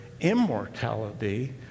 immortality